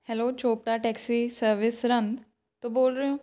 hello Chopra taxi service Sirhind ਤੋਂ ਬੋਲ ਰਹੇ ਹੋ